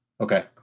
Okay